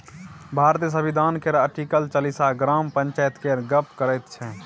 भारतीय संविधान केर आर्टिकल चालीस ग्राम पंचायत केर गप्प करैत छै